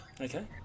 Okay